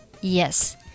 Yes